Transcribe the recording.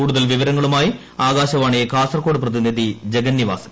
കൂടുതൽ വിവരങ്ങളുമായി ആകാശവാണി കാസർകോട് പ്രതിനിധി ജഗന്നിവാസൻ